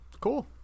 cool